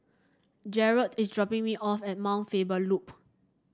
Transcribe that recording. Jaret is dropping me off at Mount Faber Loop